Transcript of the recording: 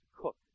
cook